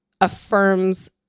affirms